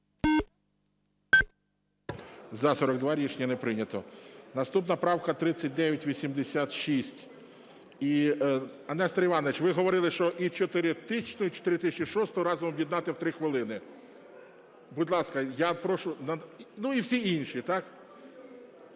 За-42 Рішення не прийнято. Наступна правка 3986. Нестор Іванович, ви говорили, що і 4000-у, і 4006-у разом віддати в 3 хвилини. Будь ласка, я прошу. Ну, і всі інші, так?